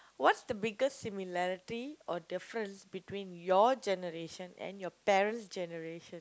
what's the biggest similarity or difference between your generation and your parent's generation